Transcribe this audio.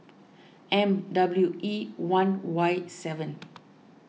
M W E one Y seven